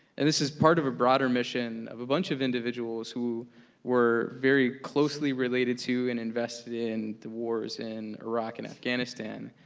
and this is part of broader broader mission of a bunch of individuals who were very closely related to and invested in the wars in iraq and afghanistan,